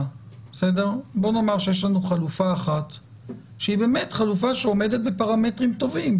בוא נאמר שיש לנו חלופה אחת שעומדת בפרמטרים טובים.